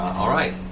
all right,